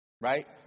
right